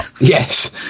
yes